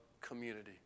community